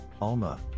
ALMA